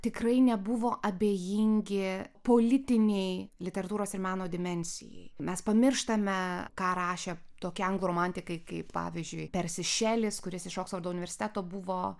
tikrai nebuvo abejingi politinei literatūros ir meno dimensijai mes pamirštame ką rašė tokie anglų romantikai kaip pavyzdžiui persis šelis kuris iš oksfordo universiteto buvo